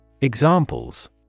Examples